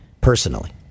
personally